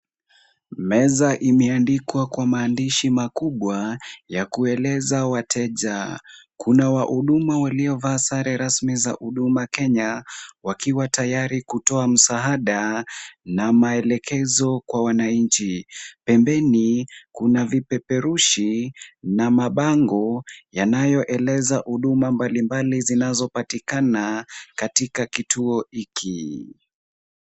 Meza imeandikwa kwa maandishi makubwa ya kueleza wateja. Kuna wahuduma waliovaa sare rasmi za huduma Kenya wakiwa tayari kutoa msaada na maelekezo kwa wananchi. Pembeni, kuna vipeperushi na mabango yanayoeleza huduma mbalimbali zinazopatikana katika kituo hiki.